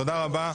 תודה רבה.